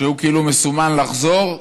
שהוא כאילו מסומן לחזור.